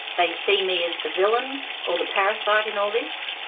they see me as the villain or the parasite in all this,